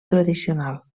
tradicional